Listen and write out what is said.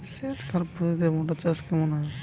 সেচ খাল পদ্ধতিতে মটর চাষ কেমন হবে?